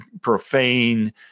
profane